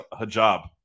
Hijab